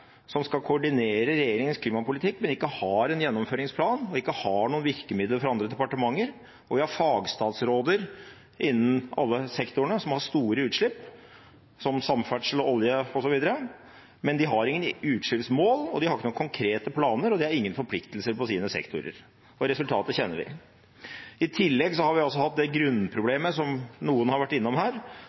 som skal koordinere regjeringens klimapolitikk, men som ikke har en gjennomføringsplan, og ikke har noen virkemidler fra andre departementer. Vi har fagstatsråder innen alle de sektorene som har store utslipp – som samferdsel, olje osv. – men de har ingen utslippsmål. De har ikke noen konkrete planer, og de har ingen forpliktelser på sine sektorer. Resultatet kjenner vi. I tillegg har vi hatt det grunnproblemet – som noen har vært innom her